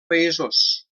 països